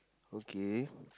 okay